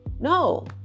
No